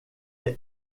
est